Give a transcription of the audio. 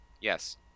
yes